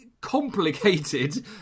complicated